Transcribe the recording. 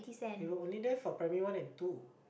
they were only there for primary one and two